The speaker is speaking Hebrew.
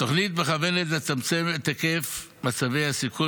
התוכנית מכוונת לצמצם את היקף מצבי הסיכון